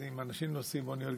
אז אם האנשים נוסעים באוניות,